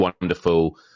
wonderful